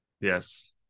Yes